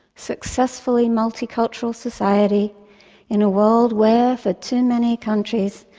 successfully multicultural society in a world where, for too many countries,